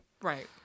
right